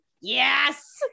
Yes